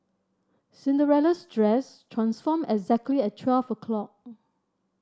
Cinderella's dress transformed exactly at twelve o' clock